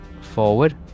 forward